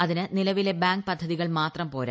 അതിന് നിലവിലെ ബാങ്ക് പദ്ധതികൾ മാത്രം പോര